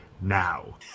now